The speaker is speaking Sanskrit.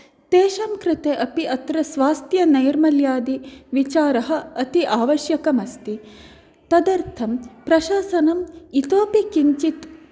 तेषां कृते अपि अत्र स्वास्थ्यनैर्मल्यादि विचाराः अति आवश्यकम् अस्ति तदर्थं प्रशासनम् इतोपि किञ्चित्